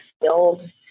field